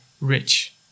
rich